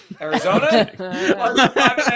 Arizona